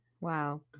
Wow